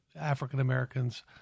African-Americans